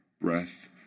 Breath